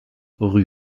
rue